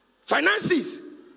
Finances